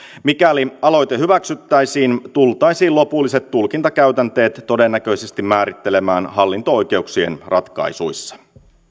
mikäli aloite hyväksyttäisiin tultaisiin lopulliset tulkintakäytänteet todennäköisesti määrittelemään hallinto oikeuksien ratkaisuissa